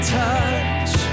touch